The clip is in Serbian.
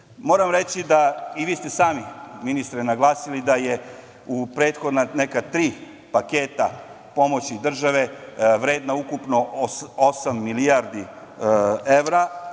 moram reći, a i vi ste sami, ministre, naglasili da je u prethodna tri paketa pomoći države vredna ukupno osam milijardi evra,